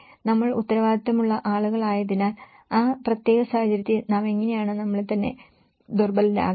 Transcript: നമ്മൾ ഉത്തരവാദിത്തമുള്ള ആളുകളായതിനാൽ ആ പ്രത്യേക സാഹചര്യത്തിൽ നാം എങ്ങനെയാണ് നമ്മെത്തന്നെ ദുർബലരാക്കുന്നത്